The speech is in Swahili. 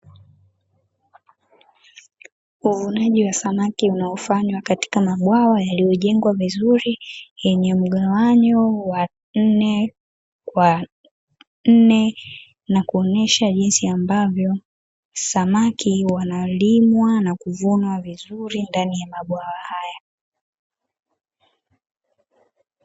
Uvunaji wa samaki unaofanywa katika mabwawa yaliyojengwa vizuri, yenye mgawanyo wa nne kwa nne na kuonyesha jinsi ambavyo samaki wanalimwa, na kuvunwa vizuri ndani ya mabwawa haya.